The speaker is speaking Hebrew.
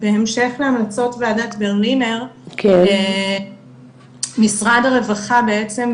בהמשך להמלצות ועדת ברלינר, משרד הרווחה בעצם,